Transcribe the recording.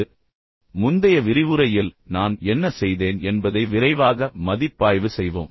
இப்போது நான் தொடங்குவதற்கு முன் முந்தைய விரிவுரையில் நான் என்ன செய்தேன் என்பதை விரைவாக மதிப்பாய்வு செய்வோம்